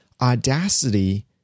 Audacity